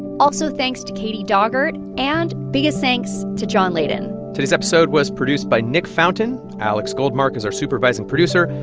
also, thanks to katie daugert and biggest thanks to john laden today's episode was produced by nick fountain. alex goldmark is our supervising producer.